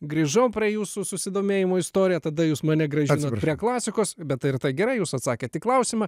grįžau prie jūsų susidomėjimo istorija tada jūs mane grąžinot prie klasikos bet tai yra tai gerai jūs atsakėt į klausimą